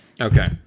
okay